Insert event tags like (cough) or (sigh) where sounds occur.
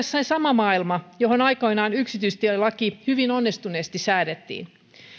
(unintelligible) se sama maailma johon aikoinaan yksityistielaki hyvin onnistuneesti säädettiin